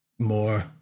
More